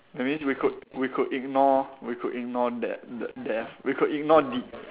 that means we could we could ignore we could ignore de~ d~ death we could ignore de~